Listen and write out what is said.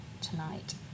tonight